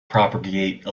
propagate